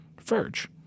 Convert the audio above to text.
Verge